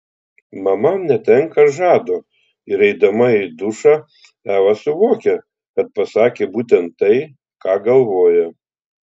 mama netenka žado ir eidama į dušą eva suvokia kad pasakė būtent tai ką galvoja